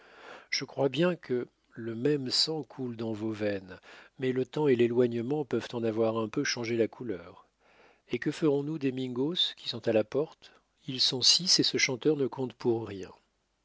je crois bien que le même sang coule dans vos veines mais le temps et l'éloignement peuvent en avoir un peu changé la couleur et que ferons nous des mingos qui sont à la porte ils sont six et ce chanteur ne compte pour rien